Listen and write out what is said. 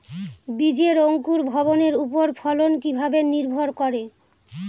বীজের অঙ্কুর ভবনের ওপর ফলন কিভাবে নির্ভর করে?